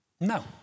No